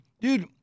dude